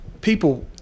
people